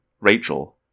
Rachel